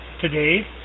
today